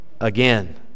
again